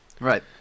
Right